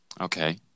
Okay